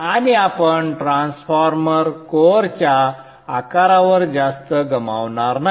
आणि आपण ट्रान्सफॉर्मर कोरच्या आकारावर जास्त गमावणार नाही